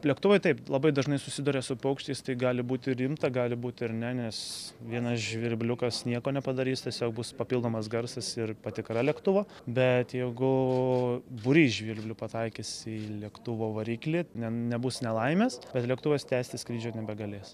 lėktuvai taip labai dažnai susiduria su paukščiais tai gali būti rimta gali būti ar ne nes vienas žvirbliukas nieko nepadarys tiesiog bus papildomas garsas ir patikra lėktuvo bet jeigu būrys žvirblių pataikys į lėktuvo variklį ne nebus nelaimės bet lėktuvas tęsti skrydžio nebegalės